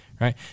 right